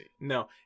No